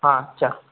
हां अच्छा